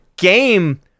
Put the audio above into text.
game